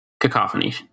Cacophony